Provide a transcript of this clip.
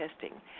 testing